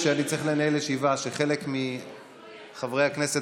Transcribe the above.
כשאני צריך לנהל ישיבה כשחלק מחברי הכנסת